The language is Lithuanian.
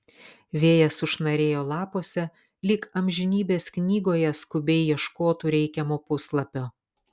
vėjas sušnarėjo lapuose lyg amžinybės knygoje skubiai ieškotų reikiamo puslapio